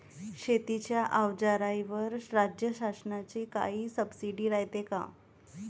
शेतीच्या अवजाराईवर राज्य शासनाची काई सबसीडी रायते का?